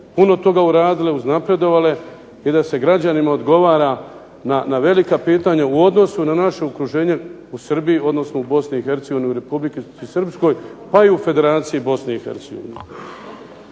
puno toga uradile, uznapredovale i da se građanima odgovara na velika pitanja u odnosu na naše okruženje u Srbiji, odnosno u BiH u Republici Srpskoj pa i u Federaciji BiH.